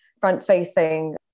front-facing